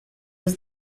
was